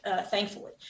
thankfully